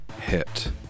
hit